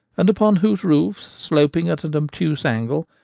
and upon whose roofs, sloping at an obtuse angle,